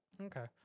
Okay